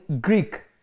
Greek